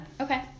Okay